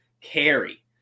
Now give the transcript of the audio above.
carry